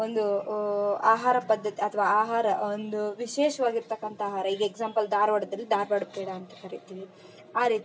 ಒಂದು ಆಹಾರ ಪದ್ದತಿ ಅಥವಾ ಆಹಾರ ಒಂದು ವಿಶೇಷವಾಗಿರ್ತಕ್ಕಂಥ ಆಹಾರ ಈಗ ಎಕ್ಸಾಮ್ಪಲ್ ಧಾರ್ವಾಡ್ದಲ್ಲಿ ಧಾರ್ವಾಡ ಪೇಡ ಅಂತ ಕರೀತೀವಿ ಆ ರೀತಿ